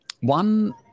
one